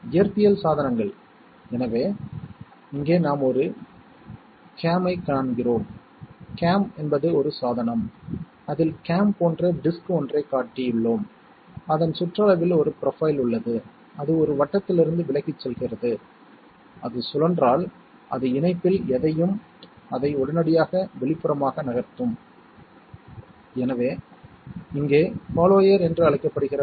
இதன் விளைவாக நாம் சம் ஐ அடைகிறோம் இந்த வழியில் நான் இரண்டு பிட்களைக் கூட்டலாம் அவற்றின் கலவை எதுவாக இருந்தாலும் முடிவுகள் எப்பொழுதும் AND இன் அவுட்புட் ஆக கேரி மற்றும் XOR கேட் அவுட்புட் ஆக சம் ஐப் பெறப்படும் இது ஹாப் ஆடர் என்று அழைக்கப்படுகிறது